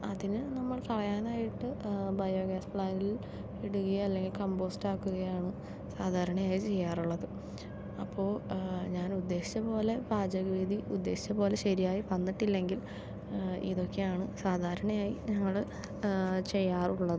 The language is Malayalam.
അതിനു നമ്മൾ കളയാനായിട്ട് ബയോഗ്യാസ് പ്ലാൻ്റിൽ ഇടുകയോ അല്ലെങ്കിൽ കമ്പോസ്റ്റ് ആക്കുകയാണ് സാധാരണയായി ചെയ്യാറുള്ളത് അപ്പോൾ ഞാനുദ്ദേശിച്ചപോലെ പാചക രീതി ഉദ്ദേശിച്ചതുപോലെ ശരിയായി വന്നിട്ടില്ലെങ്കിൽ ഇതൊക്കെയാണ് സാധാരണയായി ഞങ്ങള് ചെയ്യാറുള്ളത്